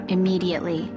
Immediately